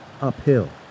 uphill